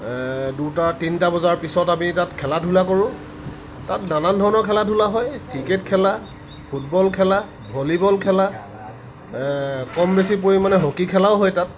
দুটা তিনিটা বজাৰ পিছত আমি তাত খেলা ধূলা কৰোঁ তাত নানান ধৰণৰ খেলা ধূলা হয় ক্ৰিকেট খেলা ফুটবল খেলা ভলিবল খেলা কম বেছি পৰিমাণে হকী খেলাও হয় তাত